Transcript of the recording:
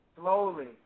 slowly